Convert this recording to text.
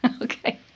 Okay